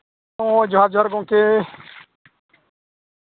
ᱦᱮᱸ ᱡᱚᱦᱟᱨ ᱡᱚᱦᱟᱨ ᱜᱚᱢᱠᱮ